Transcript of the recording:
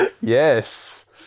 Yes